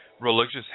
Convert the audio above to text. religious